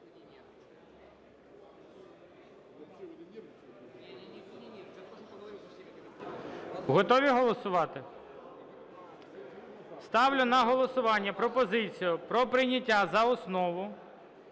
Готові голосувати? Ставлю на голосування пропозицію про прийняття за основу